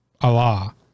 Allah